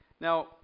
Now